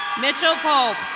mitchell pope.